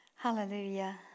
Hallelujah